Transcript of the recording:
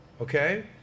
Okay